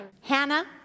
Hannah